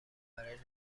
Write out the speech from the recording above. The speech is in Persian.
برای